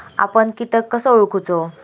आपन कीटक कसो ओळखूचो?